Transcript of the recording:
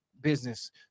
business